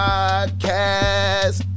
Podcast